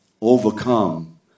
overcome